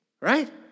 right